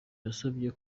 yasabye